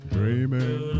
Dreaming